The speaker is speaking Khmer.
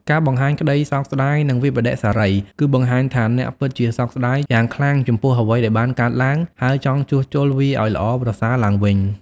ការបង្ហាញក្តីសោកស្ដាយ និងវិប្បដិសារី គឺបង្ហាញថាអ្នកពិតជាសោកស្ដាយយ៉ាងខ្លាំងចំពោះអ្វីដែលបានកើតឡើង ហើយចង់ជួសជុលវាឱ្យល្អប្រសើរទ្បើងវិញ។